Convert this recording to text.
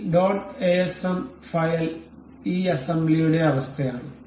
ഈ dot ASM file ഈ അസംബ്ലിയുടെ അവസ്ഥയാണ്